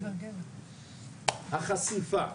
החשיפה